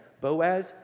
Boaz